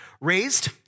raised